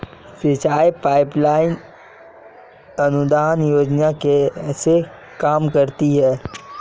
सिंचाई pipeline अनुदान योजना कैसे काम करती है?